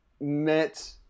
met